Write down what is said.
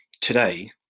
today